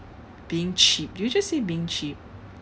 being cheap did you just say being cheap